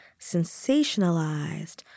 sensationalized